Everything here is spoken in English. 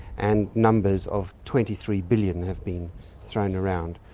and numbers of twenty three billion have been thrown around.